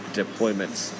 deployments